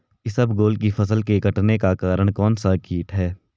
इसबगोल की फसल के कटने का कारण कौनसा कीट है?